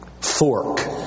fork